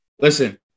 Listen